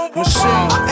Machine